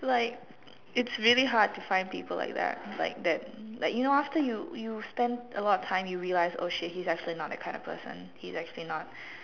like it's really hard to find people like that like that like you know after you you spend a lot of time you realise oh shit he's actually not that kind of person he's actually not